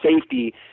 safety